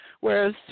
whereas